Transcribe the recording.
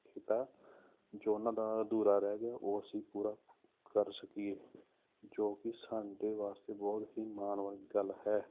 ਕੀਤਾ ਹੈ ਜੋ ਉਹਨਾਂ ਦਾ ਅਧੂਰਾ ਰਹਿ ਗਿਆ ਉਹ ਅਸੀਂ ਪੂਰਾ ਕਰ ਸਕੀਏ ਜੋ ਕਿ ਸਾਡੇ ਵਾਸਤੇ ਬਹੁਤ ਹੀ ਮਾਣ ਵਾਲੀ ਗੱਲ ਹੈ